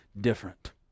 different